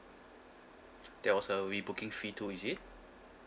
there was a rebooking fee too is it